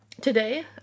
today